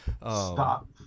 Stop